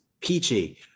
peachy